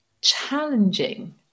challenging